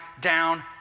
down